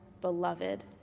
beloved